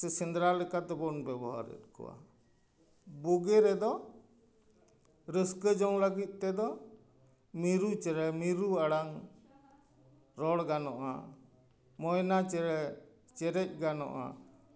ᱥᱮ ᱥᱮᱫᱽᱨᱟ ᱞᱮᱠᱟ ᱛᱮᱵᱚᱱ ᱵᱮᱵᱚᱦᱟᱨᱮᱫ ᱠᱚᱣᱟ ᱵᱩᱜᱤ ᱨᱮᱫᱚ ᱨᱟᱹᱥᱠᱟᱹ ᱡᱚᱝ ᱞᱟᱹᱜᱤᱫ ᱛᱮᱫᱚ ᱢᱤᱨᱩ ᱪᱮᱬᱮ ᱢᱤᱨᱩ ᱟᱲᱟᱝ ᱨᱚᱲ ᱜᱟᱱᱚᱜᱼᱟ ᱢᱚᱭᱱᱟ ᱪᱮᱬᱮ ᱪᱮᱨᱮᱡ ᱜᱟᱱᱚᱜᱼᱟ